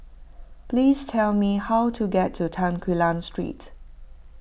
please tell me how to get to Tan Quee Lan Street